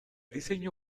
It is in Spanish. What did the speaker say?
diseño